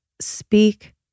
speak